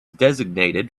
designated